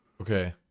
okay